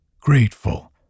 grateful